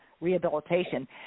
rehabilitation